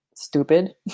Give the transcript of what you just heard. Stupid